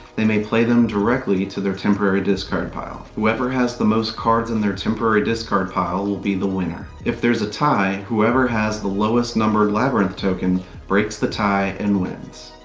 they may play them directly to their temporary discard pile. whoever has the most cards in their temporary discard pile will be the winner. if there's a tie, whoever has the lowest-numbered labyrinth token breaks the tie and wins.